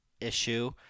issue